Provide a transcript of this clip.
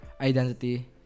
identity